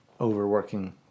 overworking